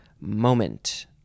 moment